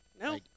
no